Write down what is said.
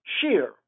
shear